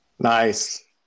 Nice